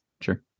Sure